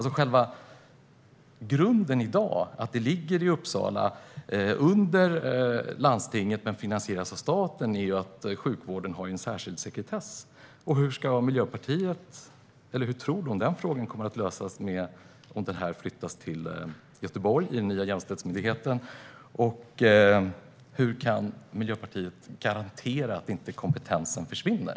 Själva grunden i dag - att detta ligger i Uppsala under landstinget och är finansierat av staten - är att sjukvården har en särskild sekretess. Hur tror Miljöpartiet att denna fråga kommer att lösas om verksamheten flyttas till Göteborg och den nya jämställdhetsmyndigheten? Och hur kan Miljöpartiet garantera att inte kompetensen försvinner?